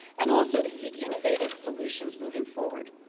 and also to seek innovative solutions moving forward.